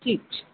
ठीक छै